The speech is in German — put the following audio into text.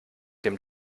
dem